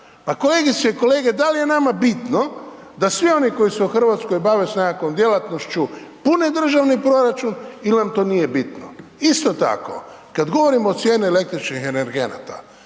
Pa kolegice i kolege dal' je nama bitno da svi oni koji su u Hrvatskoj bave s nekakvom djelatnošću, pune državni proračun il' nam to nije bitno? Isto tako, kad govorimo o cijeni električnih energenata,